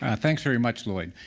ah thanks very much, lloyd.